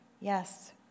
yes